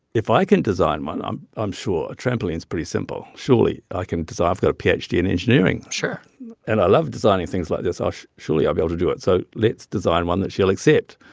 if i can design one, i'm i'm sure a trampoline is pretty simple. surely, i can design got a ph d. in engineering sure and i love designing things like this. ah surely, i'll be able to do it. so let's design one that she'll accept,